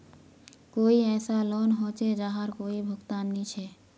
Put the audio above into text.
कोई ऐसा लोन होचे जहार कोई भुगतान नी छे?